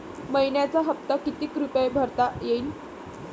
मइन्याचा हप्ता कितीक रुपये भरता येईल?